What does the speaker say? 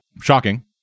Shocking